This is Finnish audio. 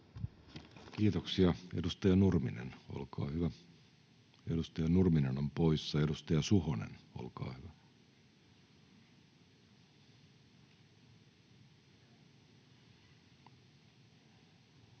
Kiitoksia. — Edustaja Nurminen, olkaa hyvä. Edustaja Nurminen on poissa. — Edustaja Suhonen, olkaa hyvä.